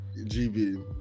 gb